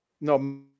no